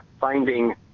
finding